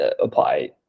apply